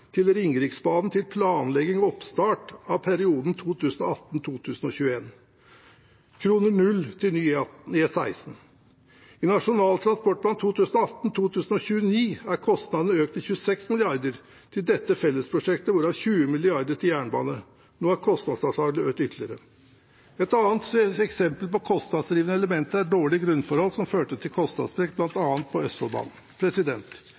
til Ringeriksbanen, til planlegging og oppstart i perioden 2018–2021, kroner null til ny E16. I Nasjonal transportplan 2018–2029 er kostnadene økt til 26 mrd. kr til dette fellesprosjektet, hvorav 20 mrd. kr til jernbane. Nå har kostnadsanslaget økt ytterligere. Et annet eksempel på kostnadsdrivende elementer er dårlige grunnforhold, som førte til kostnadssprekk